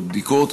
בבדיקות,